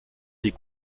les